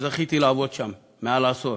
וזכיתי לעבוד שם מעל עשור